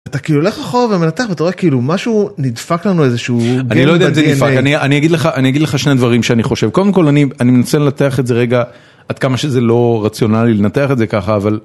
אתה כאילו הולך אחורה ומנתח ואתה רואה כאילו משהו נדפק לנו איזשהו אני לא יודע אם זה נדפק אני אני אגיד לך אני אגיד לך שני דברים שאני חושב קודם כל אני אני מנסה לנתח את זה רגע עד כמה שזה לא רציונלי לנתח את זה ככה אבל